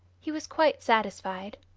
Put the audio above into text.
he was quite satisfied.